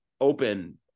open